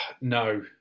no